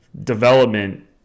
development